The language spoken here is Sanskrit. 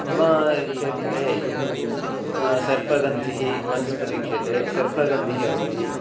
ममा क्षेत्रे सर्पगन्धिः वनस्पतिक्षेत्रे सर्पगन्धिः अस्ति